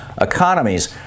economies